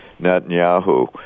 Netanyahu